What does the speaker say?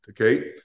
Okay